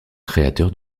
créateur